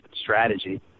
strategy